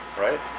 right